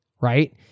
right